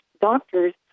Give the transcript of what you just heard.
doctors